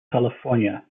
california